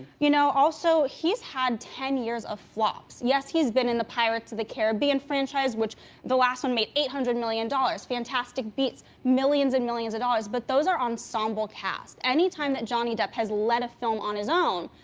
you know, also, he's had ten years of flops. yes, he's been in the pirates of the caribbean franchise, which the last one made eight hundred million dollars, fantastic bits, millions and millions of dollars, but those are ensemble cast. anytime that johnny depp has led a film on his own,